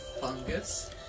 fungus